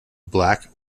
black